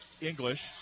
English